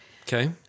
Okay